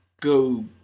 go